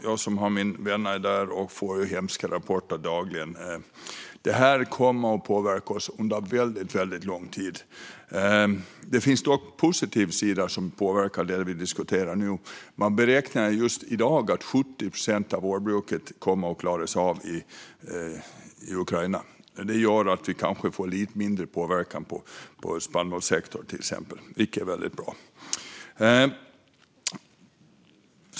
Jag har vänner där och får hemska rapporter dagligen. Det här kommer att påverka oss under en väldigt, väldigt lång tid. Det finns dock en positiv sida som påverkar det vi diskuterar nu, och det är att man just i dag beräknar att 70 procent av vårbruket kommer att klaras av i Ukraina. Det gör att vi kanske får lite mindre påverkan till exempel på spannmålssektorn, vilket är väldigt bra.